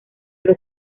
los